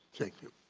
thank you.